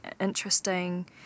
interesting